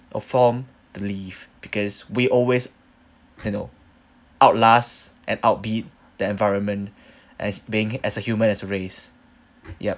a form to live because we always you know outlast and outbeat the environment a~ being as a human as a race yup